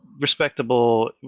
Respectable